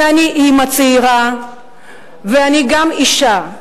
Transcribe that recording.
ואני אמא צעירה ואני גם אשה.